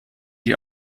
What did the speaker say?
die